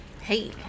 Hey